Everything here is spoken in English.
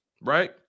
Right